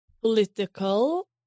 political